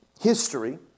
history